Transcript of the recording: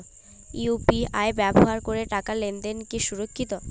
UPI ব্যবহার করে টাকা লেনদেন কি সুরক্ষিত?